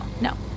no